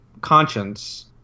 conscience